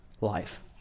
life